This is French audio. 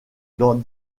dans